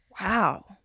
Wow